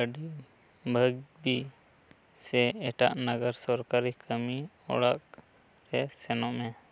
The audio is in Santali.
ᱟᱹᱰᱤ ᱞᱟᱹᱠᱛᱤ ᱥᱮ ᱮᱴᱟᱜ ᱱᱟᱜᱟᱨ ᱥᱚᱨᱠᱟᱨᱤ ᱠᱟᱹᱢᱤ ᱚᱲᱟᱜ ᱛᱮ ᱥᱮᱱᱚᱜ ᱢᱮ